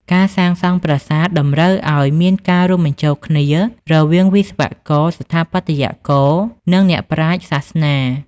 ការសាងសង់ប្រាសាទតម្រូវឲ្យមានការរួមបញ្ចូលគ្នារវាងវិស្វករ ស្ថាបត្យករ និងអ្នកប្រាជ្ញសាសនា។